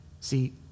See